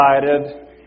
decided